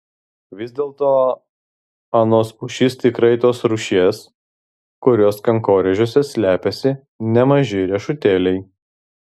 vis dėlto anos pušys tikrai tos rūšies kurios kankorėžiuose slepiasi nemaži riešutėliai